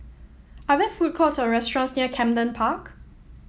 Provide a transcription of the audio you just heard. are there food courts or restaurants near Camden Park